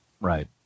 Right